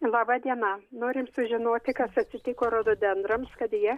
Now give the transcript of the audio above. laba diena norim sužinoti kas atsitiko rododendrams kad jie